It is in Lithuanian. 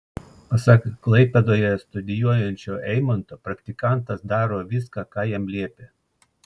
pasak klaipėdoje studijuojančio eimanto praktikantas daro viską ką jam liepia